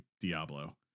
Diablo